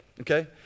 Okay